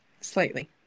slightly